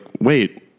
wait